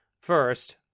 First